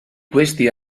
questi